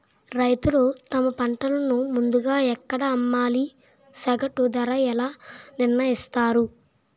రైతులు తమ పంటను ముందుగా ఎక్కడ అమ్మాలి? సగటు ధర ఎలా నిర్ణయిస్తారు?